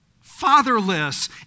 fatherless